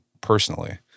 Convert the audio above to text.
personally